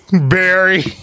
Barry